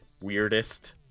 weirdest